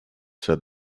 said